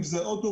אם זה אוטובוס,